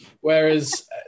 Whereas